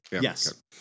yes